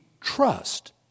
trust